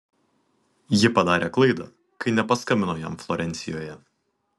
ji padarė klaidą kai nepaskambino jam florencijoje